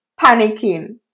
panicking